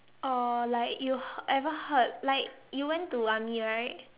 or like you ever heard like you went to army right